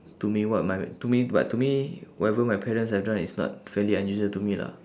to me what my to me but to me whatever my parents have done is not fairly unusual to me lah